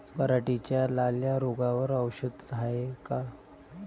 पराटीच्या लाल्या रोगावर औषध हाये का?